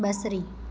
बसरी